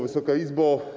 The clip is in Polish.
Wysoka Izbo!